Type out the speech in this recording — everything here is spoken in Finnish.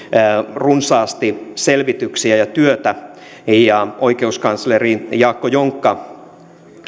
runsaasti selvityksiä ja työtä oikeuskansleri jaakko jonkka